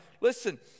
listen